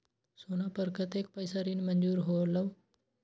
सोना पर कतेक पैसा ऋण मंजूर होलहु?